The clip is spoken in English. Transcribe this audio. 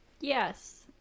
Yes